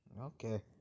Okay